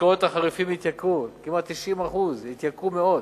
כמעט 90% יתייקרו מאוד,